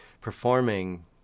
performing